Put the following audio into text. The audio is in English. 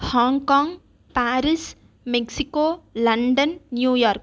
Hong Kong Paris Mexico London New York